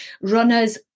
runners